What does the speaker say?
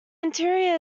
interior